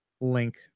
link